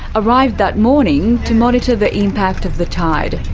arrived that morning to monitor the impact of the tide.